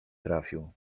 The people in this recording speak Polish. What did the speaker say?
trafił